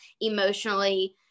emotionally